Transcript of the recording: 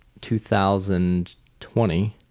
2020